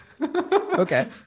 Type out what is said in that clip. Okay